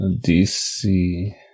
DC